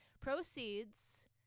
Proceeds